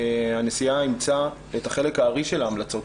הנשיאה אימצה את חלק הארי של ההמלצות.